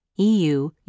EU